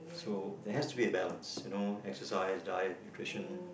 so there has to be a balance you know exercise diet nutrition